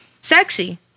sexy